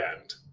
end